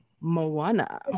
Moana